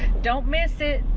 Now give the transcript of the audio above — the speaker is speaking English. don't miss it!